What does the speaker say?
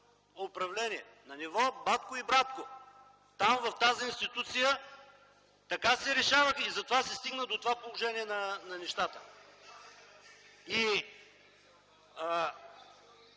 управление, на ниво „батко” и „братко”. Там в тази институция така се решаваха и затова се стигна до това положение на нещата.